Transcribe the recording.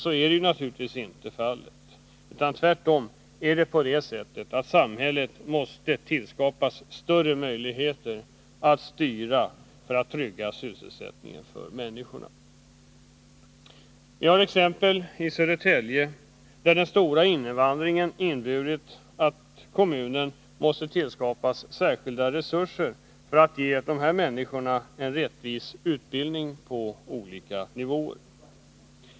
Så är naturligtvis inte fallet, utan det är tvärtom på det sättet att samhället måste ges större möjligheter att styra för att trygga sysselsättningen för människorna. I Södertälje har den stora invandringen inneburit att kommunen måste tillskapa särskilda resurser för att kunna ge dessa människor en rättvis utbildning på olika nivåer.